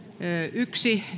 yksi